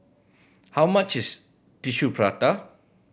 how much is Tissue Prata